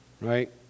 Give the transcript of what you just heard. Right